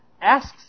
asks